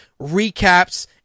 recaps